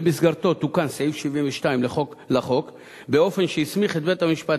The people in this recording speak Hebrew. שבמסגרתו תוקן סעיף 72 לחוק באופן שהסמיך את בית-המשפט